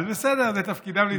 אז בסדר, זה תפקידם לצעוק.